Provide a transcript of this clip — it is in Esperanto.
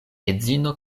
edzino